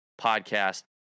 podcast